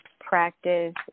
Practice